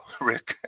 rick